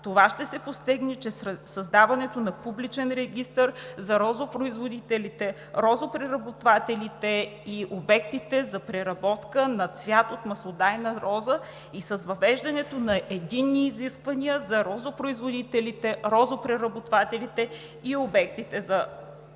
Това ще се постигне чрез създаването на публичен регистър за розопроизводителите, розопреработвателите и обектите за преработка на цвят от маслодайна роза и с въвеждането на единни изисквания за розопроизводителите, розопреработвателите и обектите за преработка